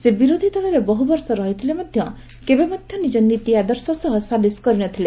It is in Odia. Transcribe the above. ସେ ବିରୋଧୀ ଦଳରେ ବହୁ ବର୍ଷ ରହିଥିଲେ ମଧ୍ୟ କେବେ ମଧ୍ୟ ନିଜ ନୀତି ଆଦର୍ଶ ସହ ସାଲିସ କରି ନ ଥିଲେ